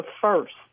first